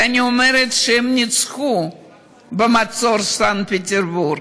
ואני אומרת שהם ניצחו במצור סנט פטרסבורג.